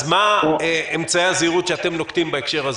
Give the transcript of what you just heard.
מה אמצעי הזהירות שאתם נוקטים בהקשר הזה?